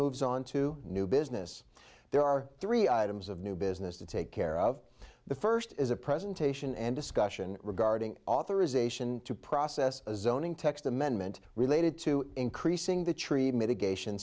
moves on to new business there are three items of new business to take care of the first is a presentation and discussion regarding authorization to process a zoning text amendment related to increasing the tree mitigation